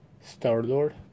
Star-Lord